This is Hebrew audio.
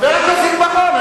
חבר הכנסת בר-און,